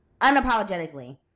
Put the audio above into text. unapologetically